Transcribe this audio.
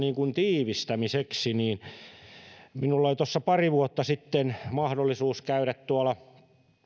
tiivistämiseksi minulla oli tuossa pari vuotta sitten mahdollisuus käydä